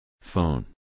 Phone